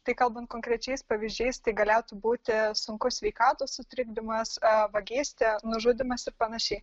tai kalbant konkrečiais pavyzdžiais tai galėtų būti sunkus sveikatos sutrikdymas vagystė nužudymas ir panašiai